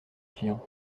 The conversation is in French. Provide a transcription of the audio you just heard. client